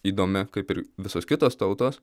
įdomi kaip ir visos kitos tautos